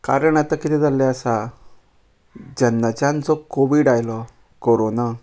कारण आतां किदें जाल्लें आसा जेन्नाच्यान जो कोवीड आयलो कोरोना